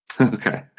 Okay